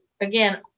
again